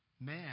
Man